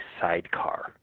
sidecar